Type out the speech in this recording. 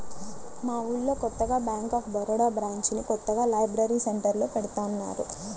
మా ఊళ్ళో కొత్తగా బ్యేంక్ ఆఫ్ బరోడా బ్రాంచిని కొత్తగా లైబ్రరీ సెంటర్లో పెడతన్నారు